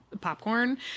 popcorn